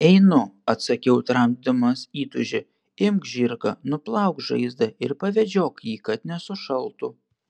einu atsakiau tramdydamas įtūžį imk žirgą nuplauk žaizdą ir pavedžiok jį kad nesušaltų